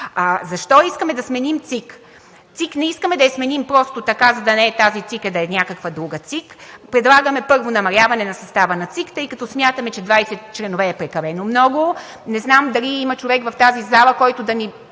Защо искаме да сменим ЦИК? ЦИК не искаме да я сменим просто така, за да не е тази ЦИК, а да е някаква друга ЦИК. Предлагаме, първо, намаляване на състава на ЦИК, тъй като смятаме, че 20 членове е прекалено много. Не знам дали има човек в тази зала, който да ни